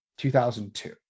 2002